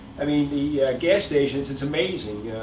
i mean, the gas stations, it's amazing.